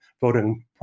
voting